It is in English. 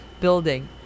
building